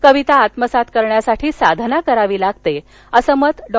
कविता आत्मसात करण्यासाठी साधना करावी लागते असं मत डॉ